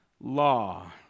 law